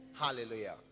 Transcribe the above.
hallelujah